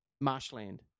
Marshland